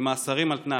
עם מאסרים על תנאי.